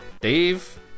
Dave